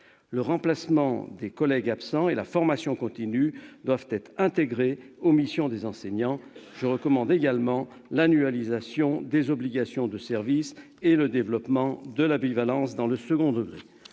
Le remplacement des collègues absents et la formation continue doivent être intégrés aux missions des enseignants. Je recommande également l'annualisation des obligations de service et le développement de la bivalence dans le second degré.